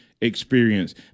experience